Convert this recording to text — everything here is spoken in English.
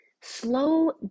Slow